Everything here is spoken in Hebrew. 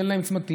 תן להם צמתים.